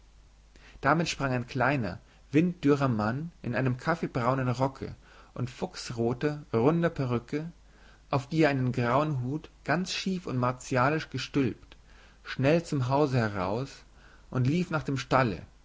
damit sprang ein kleiner winddürrer mann in einem kaffeebraunen rocke und fuchsroter runder perücke auf die er einen grauen hut ganz schief und martialisch gestülpt schnell zum hause heraus und lief nach dem stalle